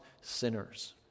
sinners